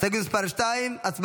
הסתייגות מס' 2, הצבעה.